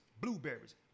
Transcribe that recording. blueberries